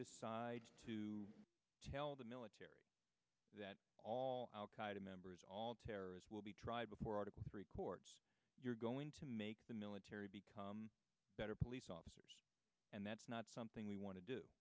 decide to tell the military that all al qaeda members all terrorists will be tried before article three courts you're going to make the military become better police officers and that's not something we want to do